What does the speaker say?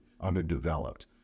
underdeveloped